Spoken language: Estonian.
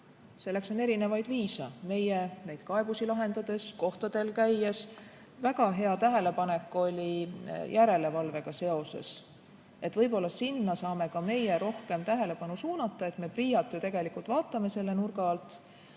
Selleks on erinevaid viise. Meie neid kaebusi lahendades, kohtadel käies. Väga hea tähelepanek oli järelevalvega seoses. Võib-olla sinna saame ka meie rohkem tähelepanu suunata. Me PRIA-t ju tegelikult vaatame selle nurga alt,